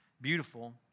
beautiful